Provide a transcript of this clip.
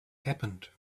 happened